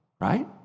Right